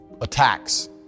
attacks